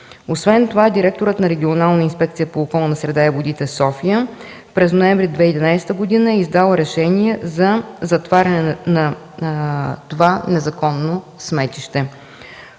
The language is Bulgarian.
Освен това директорът на Регионална инспекция по околната среда и водите в София през ноември 2011 г. е издал решение за затваряне на това незаконно сметище.